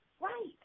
Right